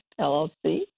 LLC